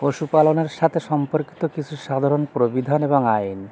পশুপালনের সাতে সম্পর্কিত কিছু সাধারণ প্রভিধান এবং আইন